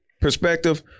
perspective